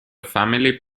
family